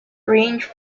ranged